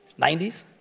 90s